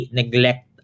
neglect